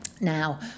Now